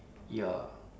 ya